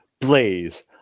blaze